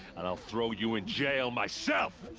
and i'll throw you in jail myself!